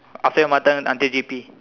after your mother tongue until G_P